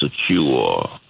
secure